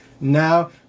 now